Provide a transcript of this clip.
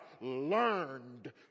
learned